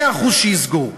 מאה אחוז, שיסגור.